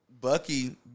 Bucky